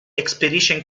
expedition